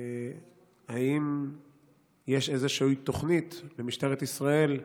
אם יש איזושהי תוכנית במשטרת ישראל,